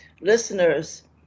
listeners